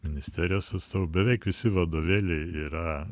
ministerijos atstovų beveik visi vadovėliai yra